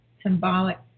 symbolic